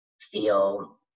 feel